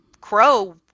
crow